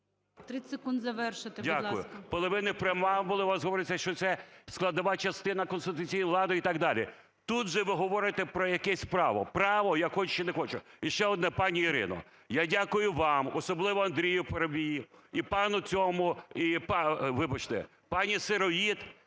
30 секунд завершити, будь ласка. ЛЕСЮК Я.В. Дякую. В половині преамбули у вас говориться, що це складова частина конституційного ладу і так далі. Тут же ви говорите про якесь право. Право: я хочу чи не хочу. І ще одне, пані Ірино, я дякую вам, особливо Андрію Парубію і пану цьому,